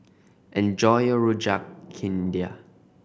enjoy your Rojak India